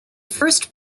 first